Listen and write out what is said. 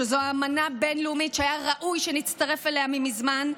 שזו אמנה בין-לאומית שהיה ראוי שנצטרף אליה מזמן,